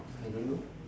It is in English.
I don't know